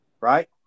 right